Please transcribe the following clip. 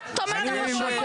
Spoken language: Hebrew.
את טומנת את הראש בחול,